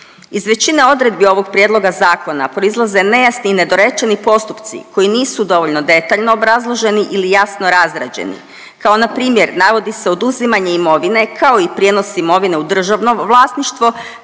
Iz većine odredbi ovog prijedloga zakona proizlaze nejasni i nedorečeni postupci koji nisu dovoljno detaljno obrazloženi ili jasno razrađeni kao npr. navodi se oduzimanje imovine kao i prijenos imovine u državno vlasništvo